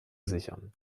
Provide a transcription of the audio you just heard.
sichern